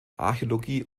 archäologie